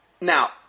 Now